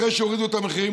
אחרי שהורידו את המחירים,